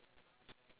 okay